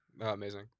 Amazing